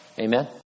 Amen